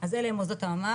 אז אלה הם מוסדות הממ"ח,